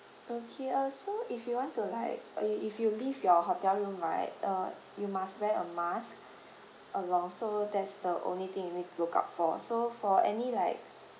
okay uh so if you want to like uh if you leave your hotel room right uh you must wear a mask along so that's the only thing you need to look out for so for any likes